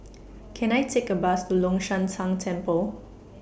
Can I Take A Bus to Long Shan Tang Temple